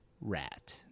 Rat